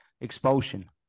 expulsion